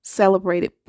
celebrated